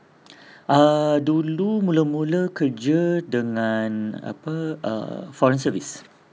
err dulu mula-mula kerja dengan apa err foreign service